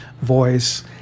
voice